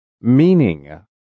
Meaning